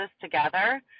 together